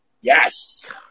Yes